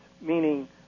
meaning